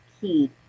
key